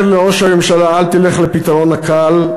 אני אומר לראש הממשלה: אל תלך לפתרון הקל,